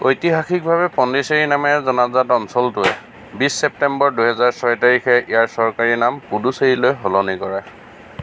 ঐতিহাসিকভাৱে পণ্ডিচেৰী নামেৰে জনাজাত অঞ্চলটোৱে বিছ ছেপ্টেম্বৰ দুহেজাৰ ছয় তাৰিখে ইয়াৰ চৰকাৰী নাম পুডুচেৰীলৈ সলনি কৰে